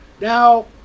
Now